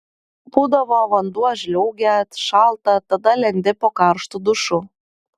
būdavo vanduo žliaugia šalta tada lendi po karštu dušu